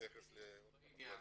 להתייחס לעוד כמה דברים.